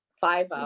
five